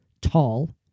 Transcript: tall